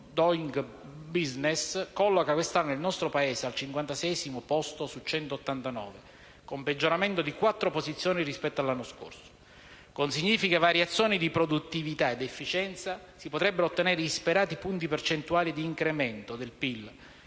«Doing Business» colloca quest'anno il nostro Paese al 56° posto su 189, con un peggioramento di quattro posizioni rispetto all'anno scorso. Con significative variazioni di produttività ed efficienza, si potrebbero ottenere insperati punti percentuali di incremento del PIL,